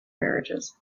marriages